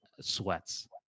sweats